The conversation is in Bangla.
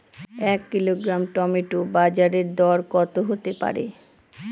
এক কিলোগ্রাম টমেটো বাজের দরকত হতে পারে?